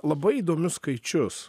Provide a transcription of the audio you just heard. labai įdomius skaičius